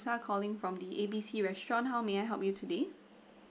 lisa calling from the A B C restaurant how may I help you today